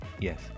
Yes